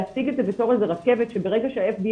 להציג את זה בתור רכבת שברגע שה-FDA